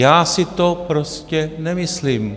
Já si to prostě nemyslím.